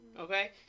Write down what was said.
okay